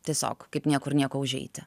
tiesiog kaip niekur nieko užeiti